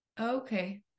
Okay